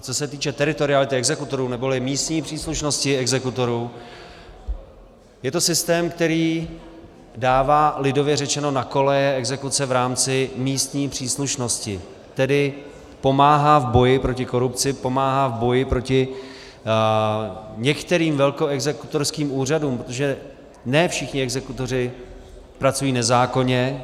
Co se týče teritoriality exekutorů neboli místní příslušnosti exekutorů, je to systém, který dává lidově řečeno na koleje exekuce v rámci místní příslušnosti, tedy pomáhá v boji proti korupci, pomáhá v boji proti některým velkoexekutorským úřadům, protože ne všichni exekutoři pracují nezákonně.